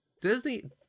disney